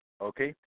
okay